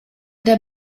der